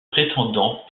prétendants